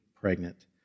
pregnant